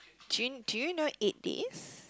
do do you know eight days